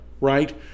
right